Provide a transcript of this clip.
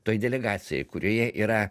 toj delegacijoj kurioje yra